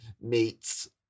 meets